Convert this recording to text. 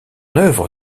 œuvre